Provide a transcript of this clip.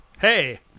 Hey